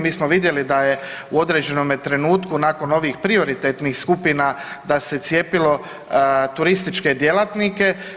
Mi smo vidjeli da je u određenome trenutku nakon ovih prioritetnih skupina da se cijepilo turističke djelatnike.